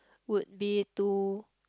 would be to